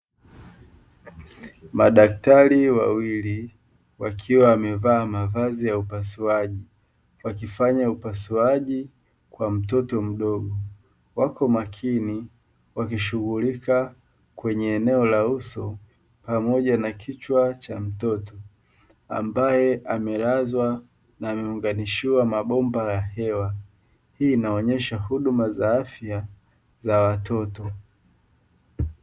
Madaktari wawili wakiwa wamevaa mavazi ya upasuaji, wakifanya upasuaji kwa mtoto mdogo, wako makini wakishughulika kwenye eneo la uso pamoja na kichwa cha mtoto, ambaye amelazwa na ameunganishiwa mabomba ya hewa. Hii inaonyesha huduma za afya za watoto.